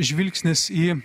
žvilgsnis į